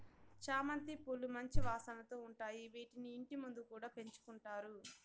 చామంతి పూలు మంచి వాసనతో ఉంటాయి, వీటిని ఇంటి ముందు కూడా పెంచుకుంటారు